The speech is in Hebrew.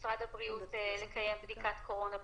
למשרד הבריאות ונבקש שיוציאו הוראה מאוד ברורה בעניין הפנימיות.